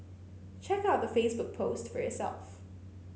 check out the Facebook post for yourself